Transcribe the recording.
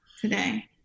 today